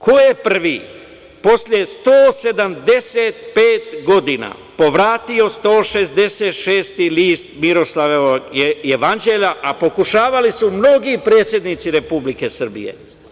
Ko je prvi, posle 175 godina povratio 166. list Miroslavljevog jevanđelja, a pokušavali su mnogi predsednici Republike Srbije?